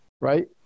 right